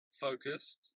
focused